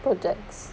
projects